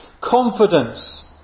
confidence